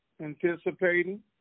anticipating